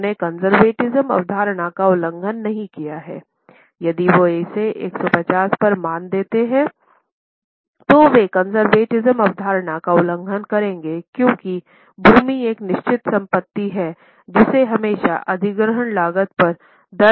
उन्होंने कन्सेर्वटिस्म अवधारणा का उल्लंघन करेंगे क्योंकि भूमि एक निश्चित संपत्ति है जिसे हमेशा अधिग्रहण लागत पर दर्ज किया जाना चाहिए